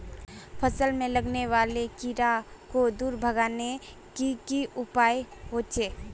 फसल में लगने वाले कीड़ा क दूर भगवार की की उपाय होचे?